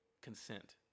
consent